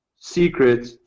secret